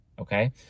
okay